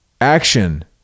action